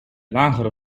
lagere